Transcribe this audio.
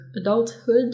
adulthood